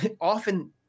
often